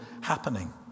happening